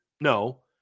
No